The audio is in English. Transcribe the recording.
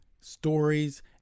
stories